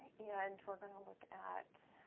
and we're gonna look at